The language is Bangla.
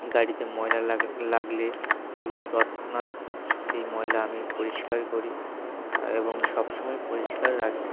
গাড়িতে ময়লা লাগ লাগলে সেগুলো তৎক্ষণাৎ সেই ময়লা আমি পরিষ্কার করি এবং সব সময় পরিষ্কার রাখি